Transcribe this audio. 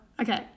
okay